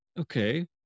okay